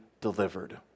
delivered